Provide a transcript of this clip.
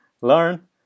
Learn